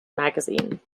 magazine